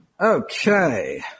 Okay